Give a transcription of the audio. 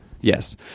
Yes